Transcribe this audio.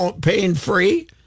pain-free